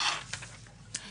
תודה איל.